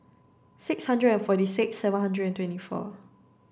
six hundred and forty six seven hundred and twenty four